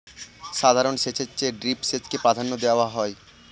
সাধারণ সেচের চেয়ে ড্রিপ সেচকে প্রাধান্য দেওয়া হয়